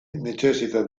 necessita